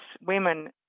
women